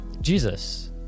Jesus